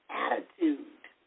attitude